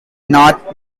not